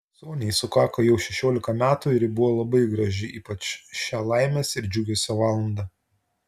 soniai sukako jau šešiolika metų ir ji buvo labai graži ypač šią laimės ir džiugesio valandą